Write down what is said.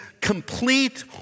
complete